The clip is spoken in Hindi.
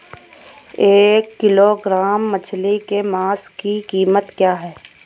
एक किलोग्राम मछली के मांस की कीमत क्या है?